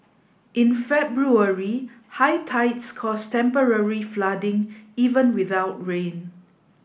in February high tides caused temporary flooding even without rain